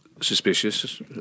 suspicious